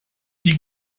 die